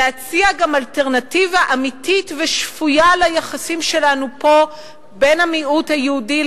להציע גם אלטרנטיבה אמיתית ושפויה ליחסים שלנו פה בין המיעוט היהודי,